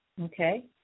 okay